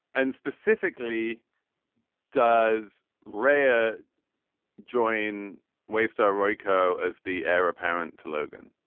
and specifically does raya join waste star royko as the heir apparent to logan